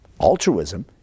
altruism